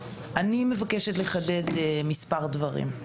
אני מבקשת לחדד מספר דברים.